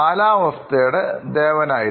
കാലാവസ്ഥ ദേവനാണ്